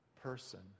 person